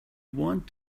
want